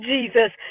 Jesus